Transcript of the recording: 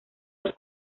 los